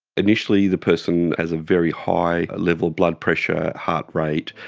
initially the person has a very high level blood pressure, heart rate,